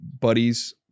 buddies